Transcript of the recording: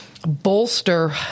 bolster